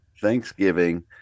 Thanksgiving